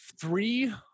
three